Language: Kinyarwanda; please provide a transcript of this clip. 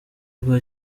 rwa